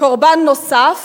קורבן נוסף,